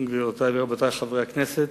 גבירותי ורבותי חברי הכנסת,